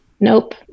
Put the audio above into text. Nope